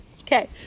Okay